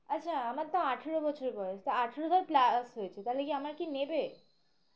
আচ্ছা আমার তো আঠেরো বছর বয়স তা আঠেরো ধর প্লাস হয়েছে তাহলে কি আমাকে কি নেবে